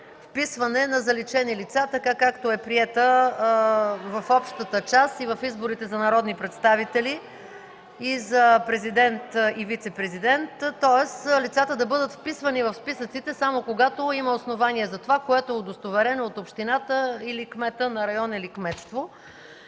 вписване на заличени лица, така както е приета в Общата част – в изборите за народни представители и за президент и вицепрезидент, тоест лицата да бъдат вписани в списъците, само когато има основание за това, което е удостоверено от общината или кмета на район или кметство.